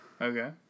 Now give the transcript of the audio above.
Okay